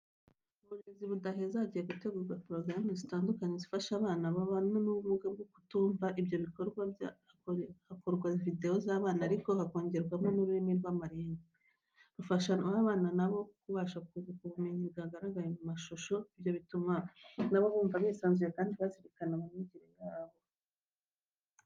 Mu burezi budaheza, hagiye hategurwa porogaramu zitandukanye zifasha abana babana n'ubumuga bwo kutumva. Ibyo bikorwa hakorwa videwo z'abana ariko hakongerwa n'ururimi rw'amarenga, rufasha babana nabo kubasha kunguka ubumenyi bwagaragaye mu mashusho. Ibyo bituma nabo bumva bisanzuye kandi bazirikanwa mu myigire yabo.